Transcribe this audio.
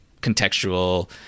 contextual